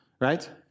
Right